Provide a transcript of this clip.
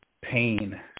pain